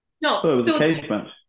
No